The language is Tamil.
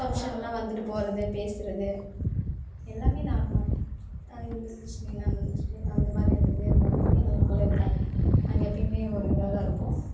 ஃபங்ஷன்னால் வந்துட்டு போவது பேசுவது எல்லாமே நார்மல் இந்து கிறிஸ்ட்டின் முஸ்லீம் அந்தமாதிரி எந்த வேறுபாடு வந்து எங்களுக்குள்ளே இருக்காது நாங்கள் எப்பயுமே ஒரு இதாகதான் இருப்போம்